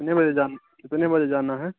کتنے بجے جان کتنے بجے جانا ہے